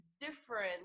different